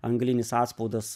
anglinis atspaudas